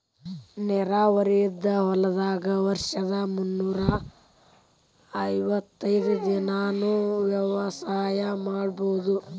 ನೇರಾವರಿ ಇದ್ದ ಹೊಲದಾಗ ವರ್ಷದ ಮುನ್ನೂರಾ ಅರ್ವತೈದ್ ದಿನಾನೂ ವ್ಯವಸಾಯ ಮಾಡ್ಬಹುದು